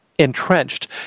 entrenched